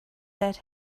that